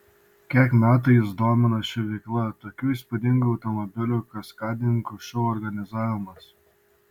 kiek metų jus domina ši veikla tokių įspūdingų automobilių kaskadininkų šou organizavimas